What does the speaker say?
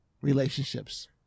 relationships